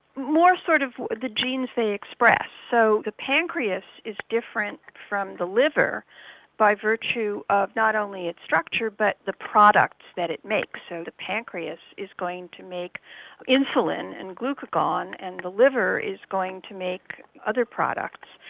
more sort of the genes they express. so the pancreas is different from the liver by virtue of not only its structure, but the products that it makes. so the pancreas is going to make insulin and glucagon, and the liver is going to make other products.